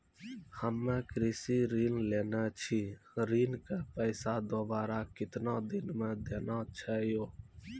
हम्मे कृषि ऋण लेने छी ऋण के पैसा दोबारा कितना दिन मे देना छै यो?